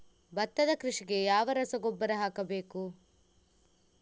ಭತ್ತದ ಕೃಷಿಗೆ ಯಾವ ರಸಗೊಬ್ಬರ ಹಾಕಬೇಕು?